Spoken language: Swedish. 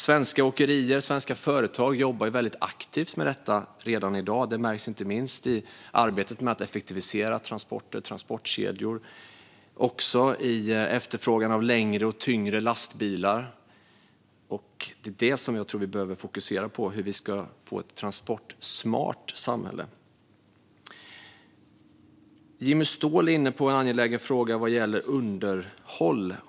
Svenska åkerier och företag jobbar aktivt med det här redan i dag. Detta märks inte minst i arbetet med att effektivisera transporter och transportkedjor och också i efterfrågan på längre och tyngre lastbilar. Det är detta jag tror att vi behöver fokusera på - hur vi ska få ett transportsmart samhälle. Jimmy Ståhl var inne på den angelägna frågan om underhåll.